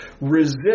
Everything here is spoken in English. resist